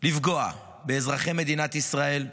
לפגוע באזרחי מדינת ישראל,